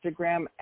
Instagram